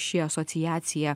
ši asociacija